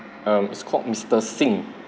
um it's called mister singh